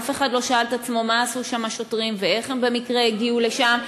אף אחד לא שאל את עצמו מה עשו שם השוטרים ואיך במקרה הם הגיעו לשם,